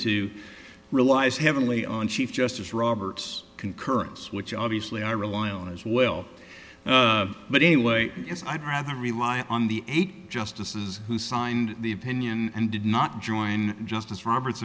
to relies heavily on chief justice roberts concurrence which obviously i rely on as well but in a way it's i'd rather rely on the eight justices who signed the opinion and did not join justice roberts